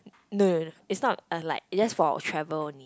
no no no is not uh like it's just for travel only